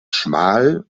schmal